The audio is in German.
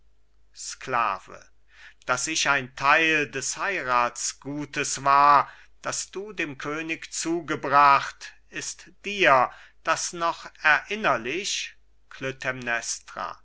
sklave daß ich ein theil des heirathsgutes war das du dem könig zugebracht ist dir das noch erinnerlich